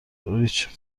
ریچ